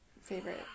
favorite